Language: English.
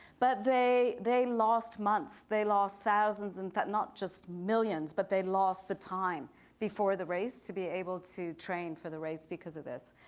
but they they lost months. they lost thousands and that not just millions, but they lost the time before the race to be able to train for the race because of this.